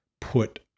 put